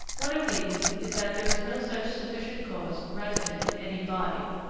one of these is that there is no such sufficient cause resident in any body,